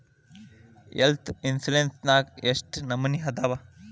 Health insurance ನ್ಯಾಗ್ ಯೆಷ್ಟ್ ನಮನಿ ಅದಾವು?